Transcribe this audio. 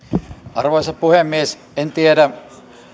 arvoisa puhemies en tiedä